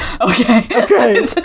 Okay